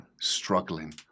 struggling